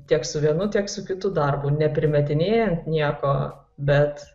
tiek su vienu tiek su kitu darbu neprimetinėjant nieko bet